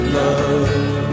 love